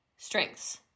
strengths